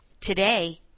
Today